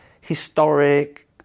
historic